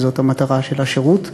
שזאת המטרה של השירות.